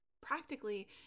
practically